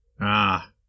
Ah